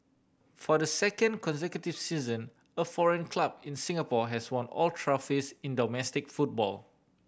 for the second consecutive season a foreign club in Singapore has won all trophies in domestic football